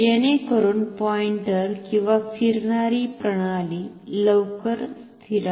तर जेणेकरुन पॉईंटर किंवा फिरणारी प्रणाली लवकर स्थिरावेल